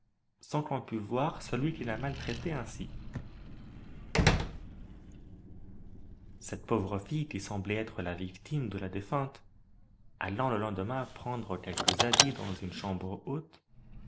sans qu'on pût voir celui qui la maltraitait ainsi cette pauvre fille qui semblait être la victime de la défunte allant le lendemain prendre quelques habits dans une chambre haute